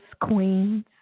queens